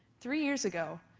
three years ago,